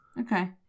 Okay